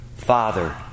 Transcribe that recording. Father